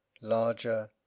larger